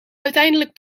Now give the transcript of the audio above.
uiteindelijk